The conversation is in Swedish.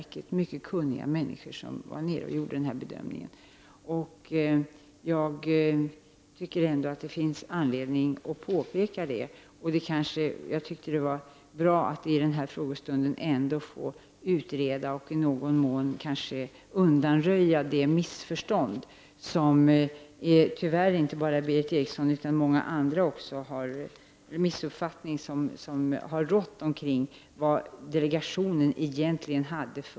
Det var alltså mycket kunniga människor som reste och gjorde denna bedömning. Jag tycker att det finns anledning att påpeka detta. Jag tycker också att det var bra att jag fick detta tillfälle att i en frågedebatt försöka undanröja de missuppfattningar som funnits, tyvärr inte bara hos Berith Eriksson utan även hos andra, om vilken uppgift delegationen egentligen hade.